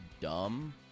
dumb